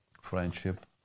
friendship